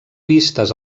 vistes